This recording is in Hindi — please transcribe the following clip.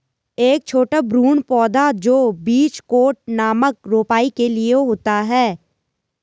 एक छोटा भ्रूण पौधा जो बीज कोट नामक रोपाई के लिए होता है